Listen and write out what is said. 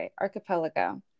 archipelago